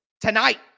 tonight